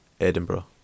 Edinburgh